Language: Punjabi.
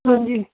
ਹਾਂਜੀ